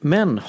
Men